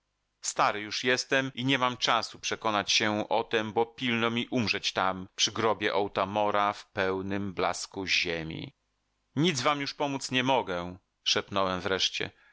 stary już jestem i nie mam czasu przekonać się o tem bo pilno mi umrzeć tam przy grobie otamora w pełnym blasku ziemi nic wam już pomóc nie mogę szepnąłem wreszcie